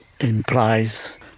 implies